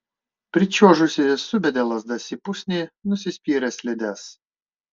pričiuožusi subedė lazdas į pusnį nusispyrė slides